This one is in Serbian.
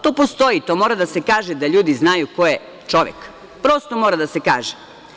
To postoji, to mora da se kaže da ljudi znaju ko je čovek, prosto, mora da se kaže.